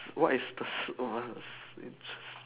what is the s~